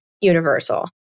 universal